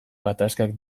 gatazkak